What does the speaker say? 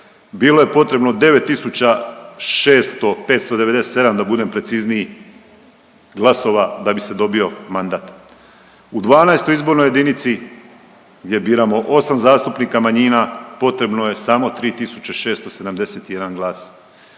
bilo je potrebno 9.600, 597 da budem precizniji glasova da bi se dobio mandat. U XII. izbornoj jedinici gdje biramo 8 zastupnika manjina potrebno je samo 3.671 glas.